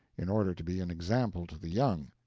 in order to be an example to the young,